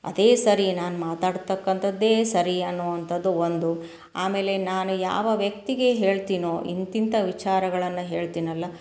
ಅದೇ ಸರಿ ನಾನು ಮಾತಾಡ್ತಕ್ಕಂಥದ್ದೇ ಸರಿ ಅನ್ನುವಂಥದ್ದು ಒಂದು ಆಮೇಲೆ ನಾನು ಯಾವ ವ್ಯಕ್ತಿಗೆ ಹೇಳ್ತೀನೋ ಇಂಥಿಂಥ ವಿಚಾರಗಳನ್ನು ಹೇಳ್ತೀನಲ್ಲ